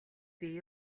бий